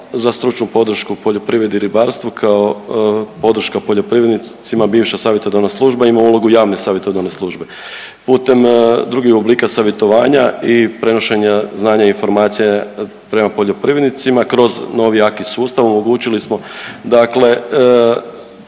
za stručnu podršku poljoprivredi i ribarstvu kao podrška poljoprivrednicima, bivša savjetodavna služba ima ulogu javne savjetodavne službe putem drugih oblika savjetovanja i prenošenja znanja i informacija prema poljoprivrednicima kroz novi jaki sustav omogućili smo dakle